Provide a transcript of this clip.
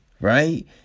right